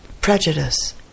prejudice